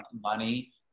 money